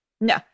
No